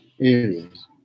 areas